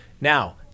Now